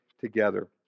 together